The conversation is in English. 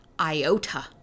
iota